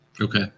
okay